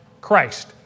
Christ